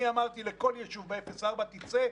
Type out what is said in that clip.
אני אמרתי לכל יישוב ב-0 4 תצא,